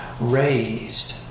raised